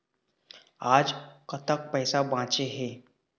आज कतक पैसा बांचे हे?